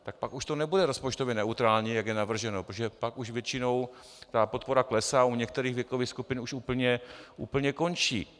Tak pak už to nebude rozpočtově neutrální, jak je navrženo, protože pak už většinou ta podpora klesá, u některých věkových skupin už úplně končí.